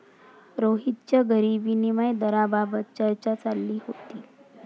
रोहितच्या घरी विनिमय दराबाबत चर्चा चालली होती